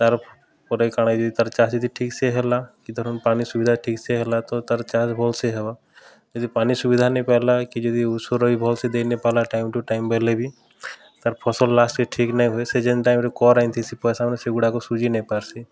ତା'ର ପରେ କା'ଣାହେସି ତା'ର ଚାଷ୍ ଯଦି ଠିକ୍ ସେ ହେଲା କି ଧରୁନ୍ ପାନି ସୁବିଧା ଠିକ୍ସେ ହେଲା ତ ତା'ର ଚାଷ୍ ଭଲ୍ସେ ହେବା ଯଦି ପାନି ସୁବିଧା ନାଇ ପାଏଲା କି ଯଦି ଉଷୋର୍ ବି ଭଲ୍ସେ ଦେଇ ନାଇ ପାର୍ଲା ଟାଇମ୍ ଟୁ ଟାଇମ୍ ବେଲେ ବି ତା'ର ଫସଲ୍ ଲାଷ୍ଟ୍ନେ ଠିକ୍ ନାଇଁ ହୁଏ ସେ ଯେନ୍ ଟାଇମ୍ରେ କର୍ ଆଣିଥିସି ସେ ପଇସାପଇସି ସେଗୁଡ଼ାକ ସୁଝି ନେଇ ପାର୍ସି